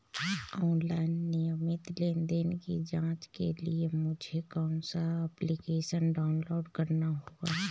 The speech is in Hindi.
ऑनलाइन नियमित लेनदेन की जांच के लिए मुझे कौनसा एप्लिकेशन डाउनलोड करना होगा?